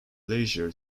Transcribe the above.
leisure